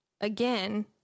again